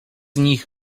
nich